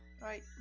right